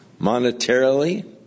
monetarily